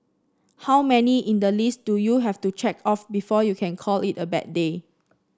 how many in the list do you have to check off before you can call it a bad day